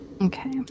Okay